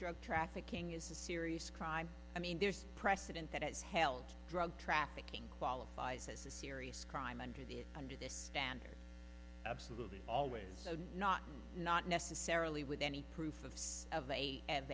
drug trafficking is a serious crime i mean there's precedent that has held drug trafficking qualifies as a serious crime under the under the standard absolutely always not not necessarily with any proof of